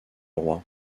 roi